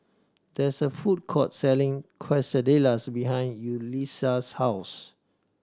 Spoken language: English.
there is a food court selling Quesadillas behind Yulissa's house